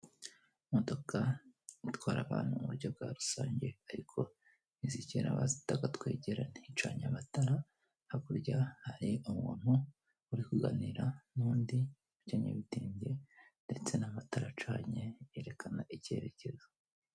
Imodoka itwara abantu mu buryo bwa rusange ariko izi kera bazitaga twegerane icanye amatara, hakurya hari umuntu uri kuganira n'undi ukenyeye ibitenge, ndetse n'amatara acanye yerekana icyerekezo.